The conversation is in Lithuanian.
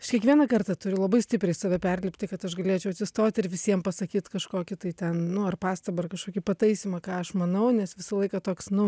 aš kiekvieną kartą turiu labai stipriai save perlipti kad aš galėčiau atsistot ir visiem pasakyt kažkokį tai ten nu ar pastabą ar kažkokį pataisymą ką aš manau nes visą laiką toks nu